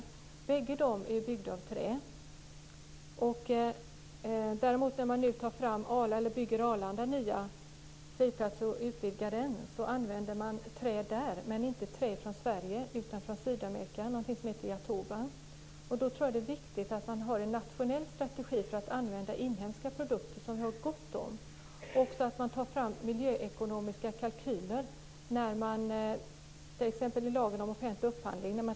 Bägge är byggda av trä. När man nu bygger Arlanda nya flygplats och utvidgar Arlanda använder man trä, men det är inte trä från Sverige utan från Sydamerika - någonting som heter jatoba. Jag tror att det är viktigt att man har en nationell strategi för att använda inhemska produkter som vi har gott om. Man bör också ta fram miljöekonomiska kalkyler när man tittar på sådana här frågor inom t.ex. lagen om offentlig upphandling.